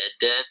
dead